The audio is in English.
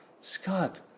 Scott